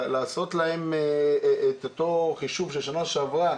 לעשות להם את אותו חישוב של שנה שעברה,